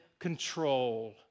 control